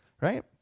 Right